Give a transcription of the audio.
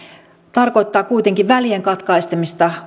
tarkoittaa kuitenkin usein välien katkaisemista